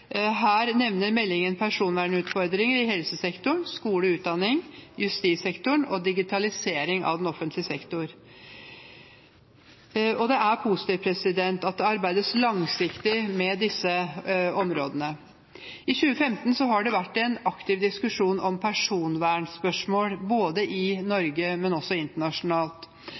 Her nevner meldingen personvernutfordringer i helsesektoren, i skole og utdanning, i justissektoren og i digitalisering av den offentlige sektor. Det er positivt at det arbeides langsiktig med disse områdene. I 2015 har det vært en aktiv diskusjon om personvernspørsmål både i Norge og internasjonalt.